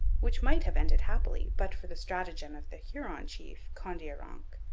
which might have ended happily but for the stratagem of the huron chief kondiaronk,